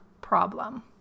problem